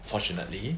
fortunately